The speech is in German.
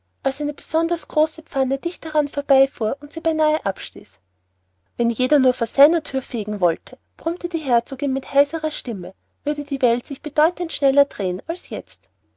eine besonders große pfanne dicht daran vorbeifuhr und sie beinah abstieß wenn jeder nur vor seiner thür fegen wollte brummte die herzogin mit heiserer stimme würde die welt sich bedeutend schneller drehen als jetzt